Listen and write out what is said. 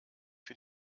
für